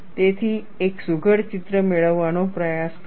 તેથી એક સુઘડ ચિત્ર મેળવવાનો પ્રયાસ કરો